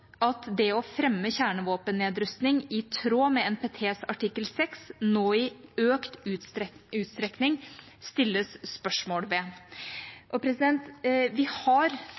at det å fremme kjernevåpennedrustning i tråd med NPTs artikkel 6 nå i økt utstrekning stilles spørsmål ved. Vi har